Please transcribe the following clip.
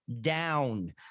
down